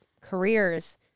careers